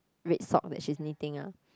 red sock that she's knitting ah